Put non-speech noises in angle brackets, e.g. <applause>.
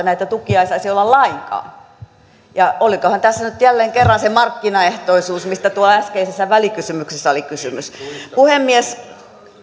<unintelligible> näitä tukia ei saisi olla lainkaan olikohan tässä nyt jälleen kerran se markkinaehtoisuus mistä tuolla äskeisessä välikysymyksessä oli kysymys puhemies